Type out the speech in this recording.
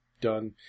done